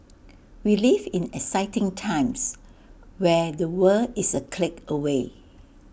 we live in exciting times where the world is A click away